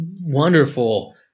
wonderful